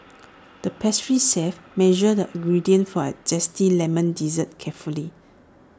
the pastry chef measured the ingredients for A Zesty Lemon Dessert carefully